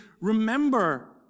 remember